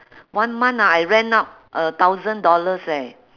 one month ah I rent out a thousand dollars eh